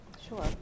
Sure